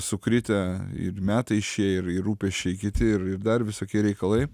sukritę ir metai šie ir ir rūpesčiai kiti ir ir dar visokie reikalai